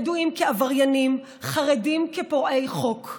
בדואים כעבריינים, חרדים כפורעי חוק,